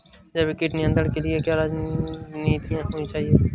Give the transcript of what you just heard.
जैविक कीट नियंत्रण के लिए क्या रणनीतियां होनी चाहिए?